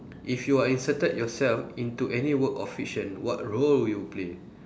if you are inserted yourself into any work or fiction what role would you play